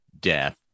death